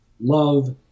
love